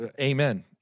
Amen